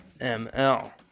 ML